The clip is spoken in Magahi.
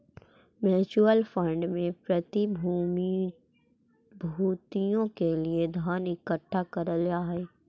म्यूचुअल फंड में प्रतिभूतियों के लिए धन इकट्ठा करल जा हई